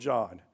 John